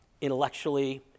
intellectually